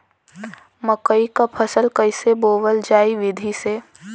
मकई क फसल कईसे बोवल जाई विधि से?